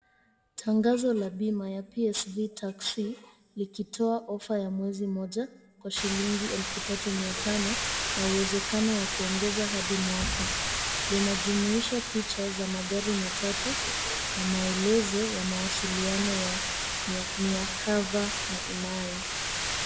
Tangazo ya bima ya PSV taxi ikitoa ofa ya mwezi mmoja kwa shilingi elfu tatu mia tano na uwezekano wa kuongeza hadi mwaka. Linajumuisha picha za magari matatu, na maelezo ya mawasiliano ya miakava na imani.